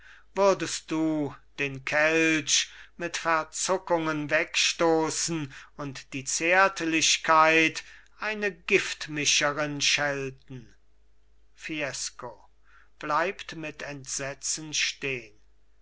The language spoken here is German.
würdest du den kelch mit verzuckungen wegstoßen und die zärtlichkeit eine giftmischerin schelten fiesco bleibt mit entsetzen stehn